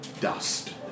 Dust